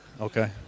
okay